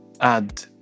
add